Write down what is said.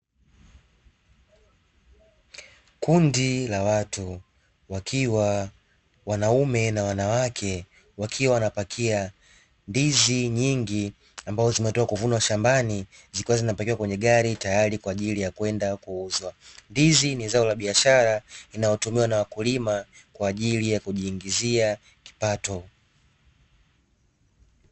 Kundi la watu wakiwa wanaume na wanawake, wakiwa wanapakia ndizi nyingi, ambazo zimetoka kuvinwa shambani zikiwa zinapakiwa kwenye gari, tayari kwa ajili ya kwenda kuuzwa. Ndizi ni zao la biashara linalotumiwa na wakulima kwa ajili ya kujiingizia kipato.